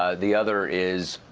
ah the other is,